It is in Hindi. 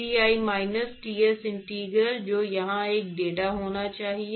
Ti माइनस Ts इंटीग्रल जो यहां एक डेटा होना चाहिए